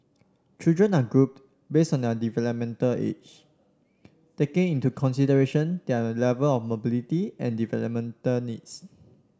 children are grouped base on their developmental age taking into consideration their level of mobility and developmental needs